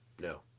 No